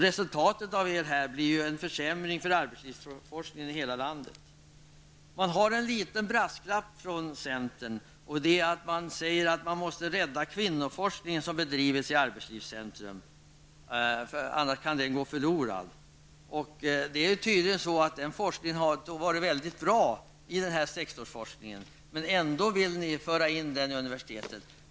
Resultatet av era förslag här blir ju en försämring för arbetslivsforskningen i hela landet. Det finns en liten brasklapp från centern: Man säger att man måste rädda kvinnoforskningen, som bedrivits i arbetslivscentrum; annars kan den gå förlorad. Det är tydligen så, att den forskningen har varit mycket bra. Men ändå vill ni föra in den under universitetet.